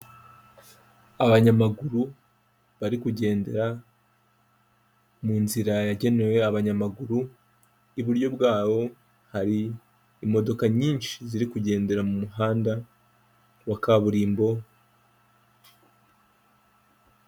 Abanyamaguru bari kugendera mu nzira yagenewe abanyamaguru, iburyo bwabo hari imodoka nyinshi ziri kugendera mu muhanda wa kaburimbo.